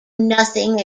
nothing